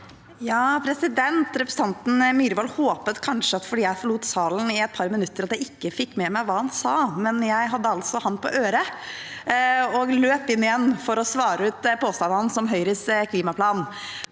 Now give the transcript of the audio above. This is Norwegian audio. (H) Repre- sentanten Myrvold håpet kanskje at jeg, siden jeg forlot salen i et par minutter, ikke fikk med meg hva han sa – men jeg hadde ham altså på øret og løp inn igjen for å svare på påstandene hans om Høyres klimaplan.